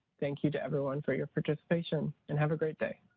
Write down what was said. thank you to everyone for your participation and have a great day.